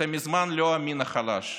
אתן מזמן לא המין החלש.